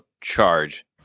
charge